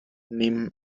neben